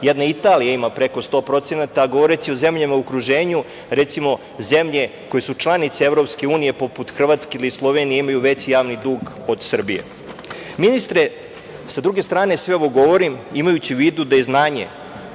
jedna Italija ima preko 100%, a govoreći o zemljama u okruženju recimo zemlje koje su članice EU, poput Hrvatske ili Slovenije, imaju veći javni dug od Srbije. Ministre, sa druge strane sve ovo govorim imajući u vidu da je znanje